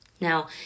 Now